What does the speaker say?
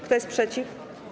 Kto jest przeciw?